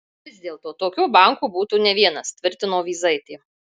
vis dėlto tokių bankų būtų ne vienas tvirtino vyzaitė